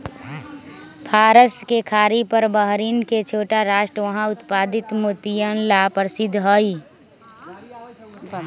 फारस के खाड़ी पर बहरीन के छोटा राष्ट्र वहां उत्पादित मोतियन ला प्रसिद्ध हई